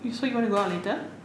you so you wanna go out later